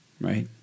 right